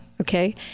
okay